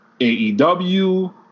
AEW